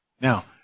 Now